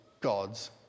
God's